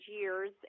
years